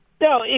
No